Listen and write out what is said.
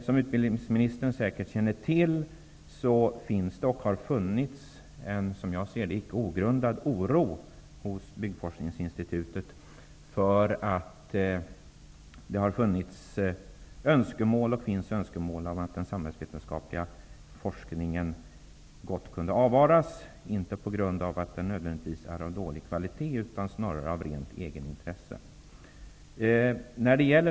Som utbildningsministern säkert känner till har det funnits och finns en, som jag ser det, icke-ogrundad oro hos Byggforskningsinstitutet därför att det har funnits och finns propåer om att den samhällsvetenskapliga forskningen gott kunde avvaras, inte på grund av att den nödvändigtvis är av dålig kvalitet utan snarare av rent egenintresse.